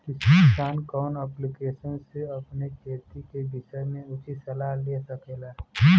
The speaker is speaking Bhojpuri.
किसान कवन ऐप्लिकेशन से अपने खेती के विषय मे उचित सलाह ले सकेला?